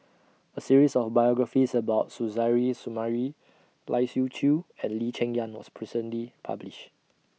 A series of biographies about Suzairhe Sumari Lai Siu Chiu and Lee Cheng Yan was recently published